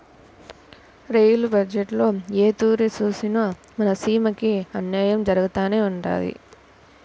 rail బజ్జెట్టులో ఏ తూరి సూసినా మన సీమకి అన్నాయం జరగతానే ఉండాది